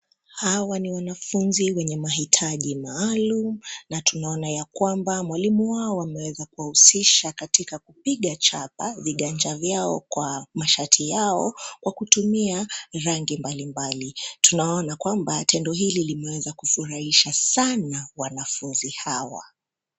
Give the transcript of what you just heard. Hawa ni wanafunzi wenye mahitaji maalum, na tunaona ya kwamba mwalimu wao ameweza kuwahusisha katika kupiga chapa viganja vyao kwa, mashati yao, kwa kutumia, rangi mbali mbali. Tunaona kwamba tendo hili limeweza kufurahisha sana wanafunzi hawa.